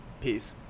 Peace